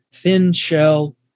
thin-shell